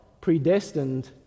predestined